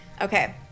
okay